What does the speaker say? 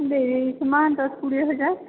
ଦେଇ ଦେଇ ଥିବା ଦଶ କୋଡ଼ିଏ ହଜାର